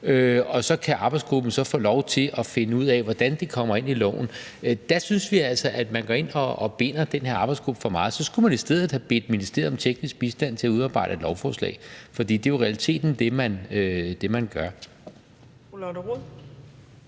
og så kan arbejdsgruppen få lov til at finde ud af, hvordan det kommer ind i loven. Der synes vi altså, at man går ind og binder den her arbejdsgruppe for meget. Så skulle man i stedet have bedt ministeriet om teknisk bistand til at udarbejde et lovforslag. For det er jo i realiteten det, som man gør.